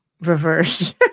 reverse